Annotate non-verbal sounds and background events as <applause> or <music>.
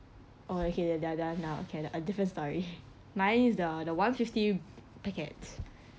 oh okay that that one okay a different story <laughs> mine is the the one fifty packet